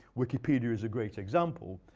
wikipedia is a great example,